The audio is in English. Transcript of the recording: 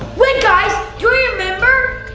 wait, guys! do you remember?